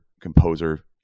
composer